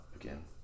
again